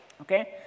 okay